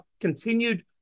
continued